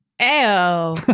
Ew